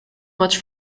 much